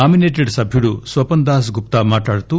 నామిసేటెడ్ సభ్యుడు స్వపన్ దాస్ గుప్తా మాట్లాడుతూ